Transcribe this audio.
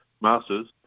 Masters